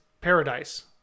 paradise